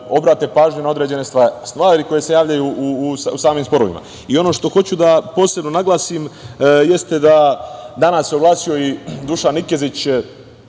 obrate pažnju na određene stvari, stvari koje se javljaju u samim sporovima. Ono što hoću da posebno naglasim jeste da danas se oglasio i Dušan Nikezić,